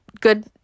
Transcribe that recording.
good